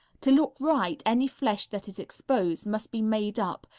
to look right, any flesh that is exposed must be made up,